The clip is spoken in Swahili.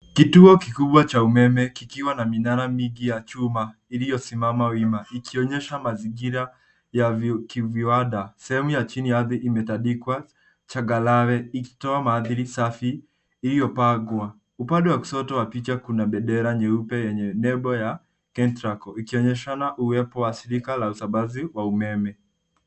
Kituo kikubwa cha umeme kikiwa na minara miji ya chuma iliyosimama wima ikionyesha mazingira ya viwanda. Sehemu ya chini ya ardhi imetandikwa changarawe ikitoa maadhili safi iliyopangwa. Upande wa kushoto wa picha kuna bendera nyeupe yenye nebo ya kentraco ikionyeshana uwepo wa shirika la usambazaji wa umeme.